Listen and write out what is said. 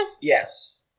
Yes